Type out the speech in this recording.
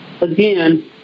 again